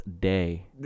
day